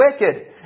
wicked